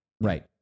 Right